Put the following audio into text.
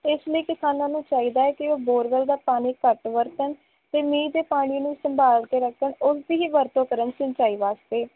ਇਸ ਲਈ ਕਿਸਾਨਾਂ ਨੂੰ ਚਾਹੀਦਾ ਹੈ ਕਿ ਉਹ ਬੋਰਵੈਲ ਦਾ ਪਾਣੀ ਘੱਟ ਵਰਤਣ ਅਤੇ ਮੀਂਹ ਦੇ ਪਾਣੀ ਨੂੰ ਸੰਭਾਲ ਕੇ ਰੱਖਣ ਉਸਦੀ ਹੀ ਵਰਤੋਂ ਕਰਨ ਸੰਚਾਈ ਵਾਸਤੇ